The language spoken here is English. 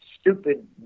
stupid